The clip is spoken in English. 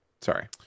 sorry